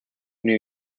new